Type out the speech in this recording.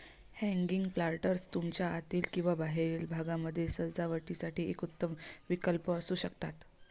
hanging planters तुमच्या आतील किंवा बाहेरील भागामध्ये सजावटीसाठी एक उत्तम विकल्प असू शकतात